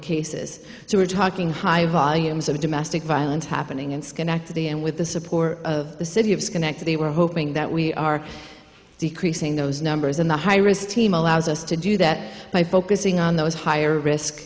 cases so we're talking high volumes of domestic violence happening in schenectady and with the support of the city of schenectady we're hoping that we are decreasing those numbers and the high risk team allows us to do that by focusing on those higher risk